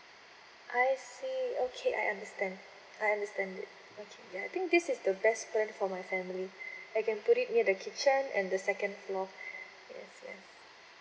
I see okay I understand I understand okay I think this is the best plan for my family I can put it near the kitchen and the second floor yes yes